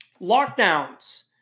lockdowns